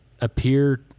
appear